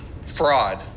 Fraud